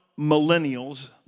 millennials